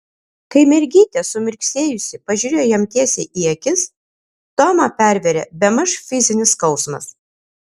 kai mergytė sumirksėjusi pažiūrėjo jam tiesiai į akis tomą pervėrė bemaž fizinis skausmas